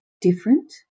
different